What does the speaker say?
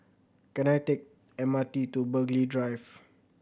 can I take M R T to Burghley Drive